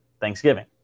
Thanksgiving